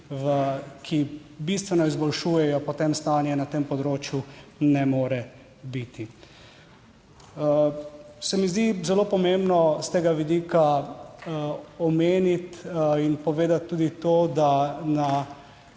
ki bistveno izboljšujejo potem stanje na tem področju, ne more biti. Se mi zdi zelo pomembno s tega vidika omeniti in povedati tudi to, da na,